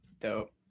dope